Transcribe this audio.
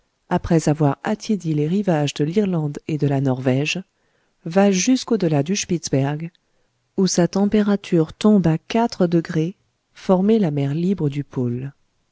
après avoir attiédi les rivages de l'irlande et de la norvège va jusqu'au-delà du spitzberg où sa température tombe à quatre degrés former la mer libre du pôle